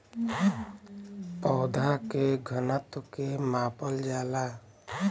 पौधा के घनत्व के मापल जाला